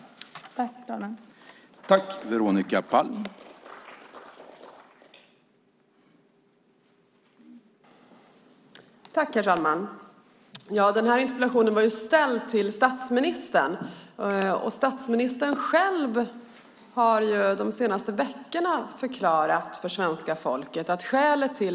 Då Mona Sahlin, som framställt interpellationen, anmält att hon var förhindrad att närvara vid sammanträdet medgav talmannen att Veronica Palm i stället fick delta i överläggningen.